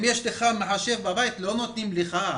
אם יש לך מחשב בבית, לא נותנים לך.